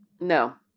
No